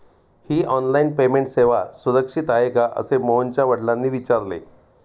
ही online payment सेवा सुरक्षित आहे का असे मोहनच्या वडिलांनी विचारले